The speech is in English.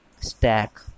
Stack